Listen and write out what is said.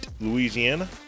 Louisiana